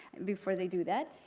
before they do that.